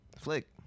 flick